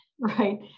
right